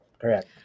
Correct